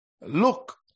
Look